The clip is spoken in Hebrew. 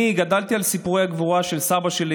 אני גדלתי על סיפורי הגבורה של סבא שלי,